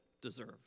deserve